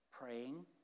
Praying